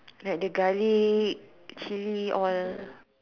like the garlic chilli all